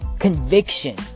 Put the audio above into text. Conviction